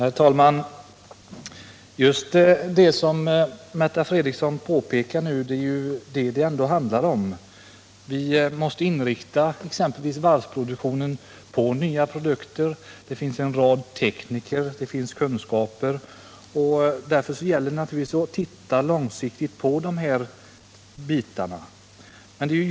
Herr talman! Det som Märta Fredrikson talade om nu är just vad det hela handlar om. Vi måste inrikta varvens verksamhet på nya produkter. Vi har tekniker och kunskaper. Då gäller det att ge litet långsiktigt på de här bitarna.